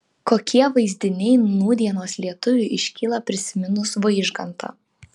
kokie vaizdiniai nūdienos lietuviui iškyla prisiminus vaižgantą